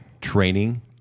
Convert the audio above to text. training